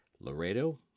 laredo